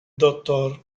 dott